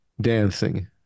dancing